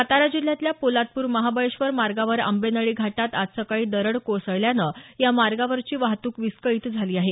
सातारा जिल्ह्यातल्या पोलादप्र महाबळेश्वर मार्गावर आंबेनळी घाटात आज सकाळी दरड कोसळल्यानं या मार्गावरची वाहतूक विस्कळीत झाली आहे